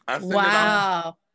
wow